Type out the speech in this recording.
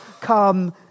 come